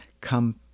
come